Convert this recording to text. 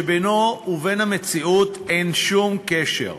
שבינו ובין המציאות אין שום קשר,